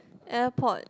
airport